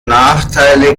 nachteile